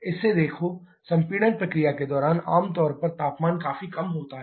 इसे देखो संपीड़न प्रक्रिया के दौरान आम तौर पर तापमान काफी कम होता है